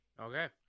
Okay